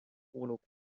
kuulub